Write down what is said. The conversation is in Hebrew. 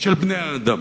של בני-האדם.